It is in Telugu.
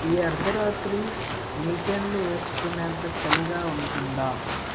ఈ అర్ధరాత్రి మిట్టెన్లు వేసుకునే అంత చలిగా ఉంటుందా